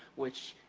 which,